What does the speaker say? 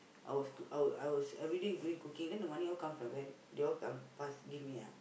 I was I were I was everyday doing cooking then the money all come from where they all come pass give me ah